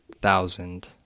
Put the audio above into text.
thousand